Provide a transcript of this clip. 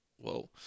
Whoa